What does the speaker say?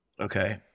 Okay